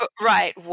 right